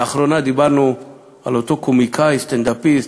לאחרונה דיברנו על אותו קומיקאי, סטנדאפיסט,